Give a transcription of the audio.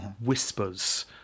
Whispers